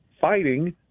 fighting